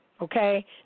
Okay